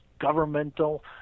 governmental